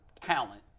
talent